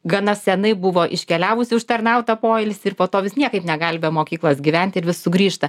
gana senai buvo iškeliavusi į užtarnautą poilsį ir po to vis niekaip negali be mokyklas gyventi ir vis sugrįžta